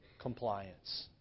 compliance